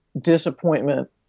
disappointment